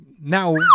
now